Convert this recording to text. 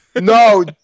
No